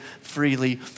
freely